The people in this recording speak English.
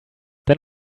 then